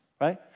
right